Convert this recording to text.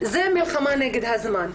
זו מלחמה נגד הזמן.